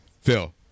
Phil